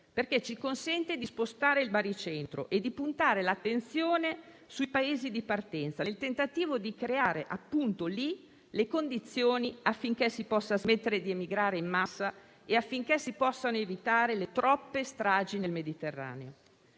perché ci consente di spostare il baricentro e di puntare l'attenzione sui Paesi di partenza, nel tentativo di creare lì le condizioni per cui si possa smettere di emigrare in massa e si possano evitare le troppe stragi nel Mediterraneo.